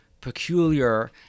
peculiar